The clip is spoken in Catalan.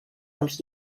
dels